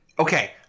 Okay